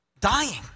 dying